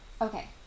Okay